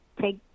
Take